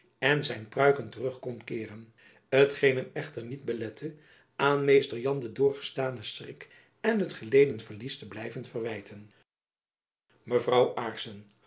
en zijn pruiken terug kon keeren t geen hem echter niet belette aan mr jan den doorgestanen schrik en het geleden verlies te blijven wijten